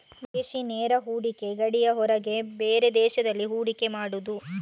ವಿದೇಶಿ ನೇರ ಹೂಡಿಕೆ ಗಡಿಯ ಹೊರಗೆ ಬೇರೆ ದೇಶದಲ್ಲಿ ಹೂಡಿಕೆ ಮಾಡುದು